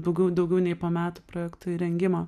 daugiau daugiau nei po metų projekto įrengimo